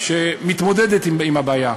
שמתמודדת עם הבעיה,